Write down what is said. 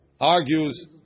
argues